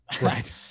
Right